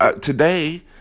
today